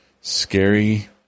scary